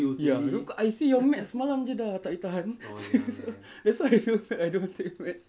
ya I see your math semalam jer dah tak boleh tahan that's why I fai~ I don't take math